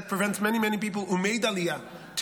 That prevents many many who made Aliyah from